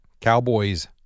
Cowboys